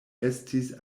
estis